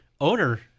owner